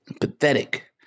pathetic